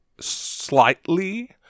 slightly